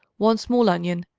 one small onion,